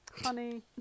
honey